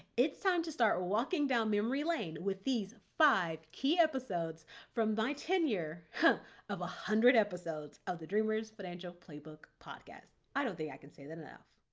it's time to start walking down memory lane with these five key episodes from my tenure of a hundred episodes of the dreamers financial playbook podcast. i don't think i can say that enough.